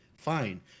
fine